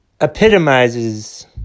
epitomizes